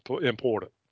important